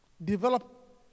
Develop